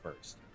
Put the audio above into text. first